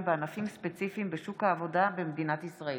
בענפים ספציפיים בשוק העבודה במדינת ישראל.